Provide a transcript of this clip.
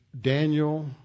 Daniel